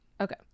Okay